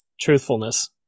truthfulness